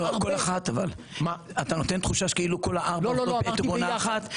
אתה נותן תחושה שכל הארבע יעבדו בעת ובעונה אחת.